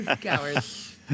Cowards